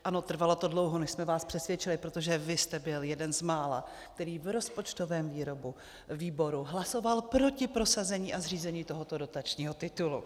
Ano, trvalo to dlouho, než jsme vás přesvědčili, protože vy jste byl jeden z mála, který v rozpočtovém výboru hlasoval proti prosazení a zřízení tohoto dotačního titulu.